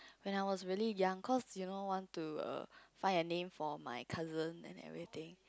when I was really young cause you know want to err find a name for my cousin and everything